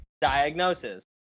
diagnosis